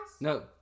No